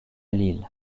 lille